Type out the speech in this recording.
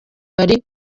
bari